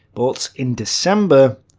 but in december,